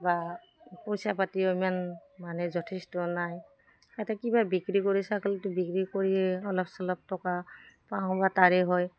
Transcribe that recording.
বা পইচা পাতিও ইমান মানে যথেষ্ট নাই এটা কিবা বিক্ৰী কৰি ছাগলীটো বিক্ৰী কৰিয়ে অলপ চলপ টকা পাওঁ বা তাৰে হয়